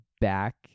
back